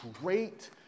great